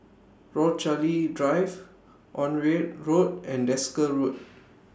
Rochalie Drive Onraet Road and Desker Road